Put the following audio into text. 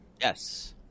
Yes